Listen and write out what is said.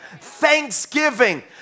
thanksgiving